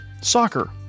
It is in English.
Soccer